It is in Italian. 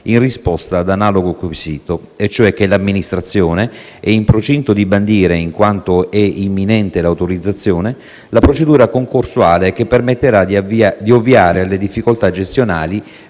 in risposta ad analogo quesito e cioè che l'amministrazione è in procinto di bandire, in quanto è imminente l'autorizzazione, la procedura concorsuale che permetterà di ovviare alle difficoltà gestionali